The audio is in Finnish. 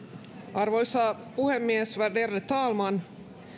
arvoisa puhemies värderade talman